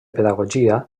pedagogia